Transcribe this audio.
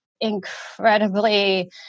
incredibly